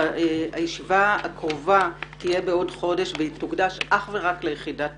הישיבה הקרובה תהיה בעוד חודש והיא תוקדש אך ורק ליחידה